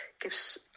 gives